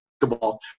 basketball